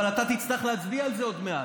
אבל אתה תצטרך להצביע על זה עוד מעט.